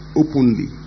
openly